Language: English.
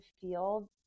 feel